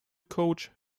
coach